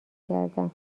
کردم